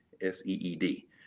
S-E-E-D